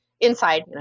Inside